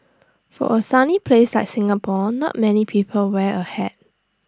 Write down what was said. for A sunny place like Singapore not many people wear A hat